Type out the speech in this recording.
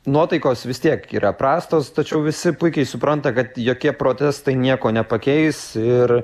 nuotaikos vis tiek yra prastos tačiau visi puikiai supranta kad jokie protestai nieko nepakeis ir